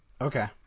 Okay